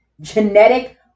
genetic